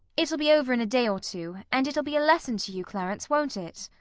it'll be over in a day or two, and it'll be a lesson to you, clarence, won't it